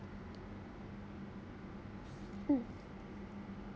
mm